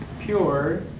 pure